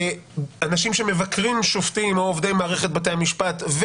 אנשים שמבקרים שופטים או עובדי מערכת בתי המשפט,